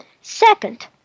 Second